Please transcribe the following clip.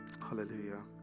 Hallelujah